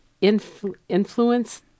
influence